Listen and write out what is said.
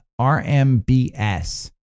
RMBS